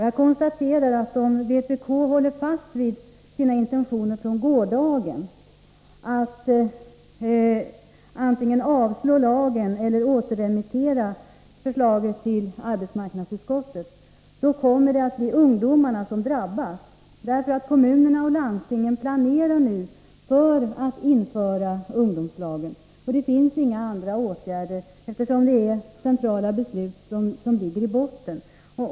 Jag konstaterar, att om vpk håller fast vid sina intentioner från gårdagen att antingen avslå lagförslaget eller återremittera det till arbetsmarknadsutskottet, kommer det att bli ungdomarna som drabbas. Kommunerna och landstinget planerar nämligen nu för att införa ungdomslagen. Det finns inga andra åtgärder att ta till, eftersom det är centrala beslut som ligger i botten.